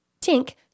Tink